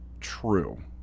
true